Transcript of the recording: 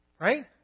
Right